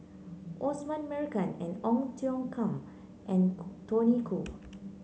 Osman Merican Ong Tiong Khiam and Khoo Tony Khoo